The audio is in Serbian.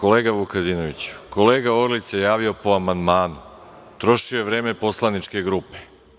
Kolega Vukadinoviću, kolega Orlić se javio po amandmanu, trošio je vreme poslaničke grupe.